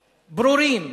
ברורים,